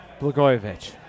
Blagojevich